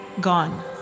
gone